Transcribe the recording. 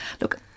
Look